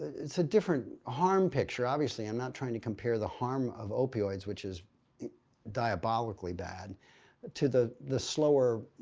it's a different harm picture, obviously. i'm not trying to compare the harm of opioids, which is diabolically bad to the the slower,